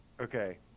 Okay